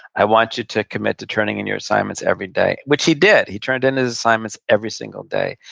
i want you to commit to turning in your assignments every day, which he did. he turned in his assignments every single day.